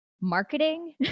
marketing